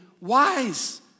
wise